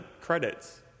credits